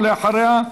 ואחריה,